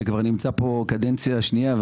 שנמצא פה כבר קדנציה שנייה,